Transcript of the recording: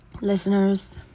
listeners